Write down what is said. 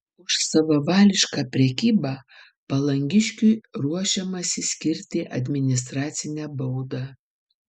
už savavališką prekybą palangiškiui ruošiamasi skirti administracinę baudą